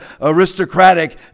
aristocratic